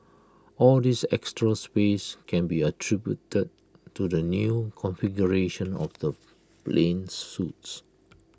all this extra space can be attributed to the new configuration of the plane's suites